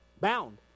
bound